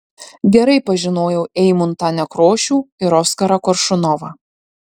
gerai pažinojau eimuntą nekrošių ir oskarą koršunovą